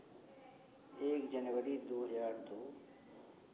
एक जनवरी दो हज़ार दो